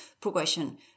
progression